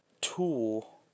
tool